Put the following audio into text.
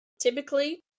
Typically